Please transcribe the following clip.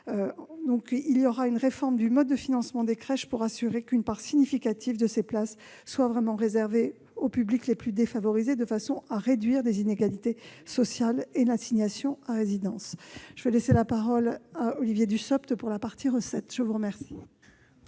ainsi qu'une réforme de leur mode de financement pour assurer qu'une part significative de ces places soit vraiment réservée aux publics les plus défavorisés, de façon à réduire les inégalités sociales et l'assignation à résidence. Je vais maintenant laisser la parole à Olivier Dussopt, pour la partie recettes de ce projet